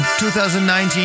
2019